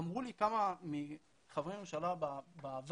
אמרו לי כמה חברי ממשלה בעבר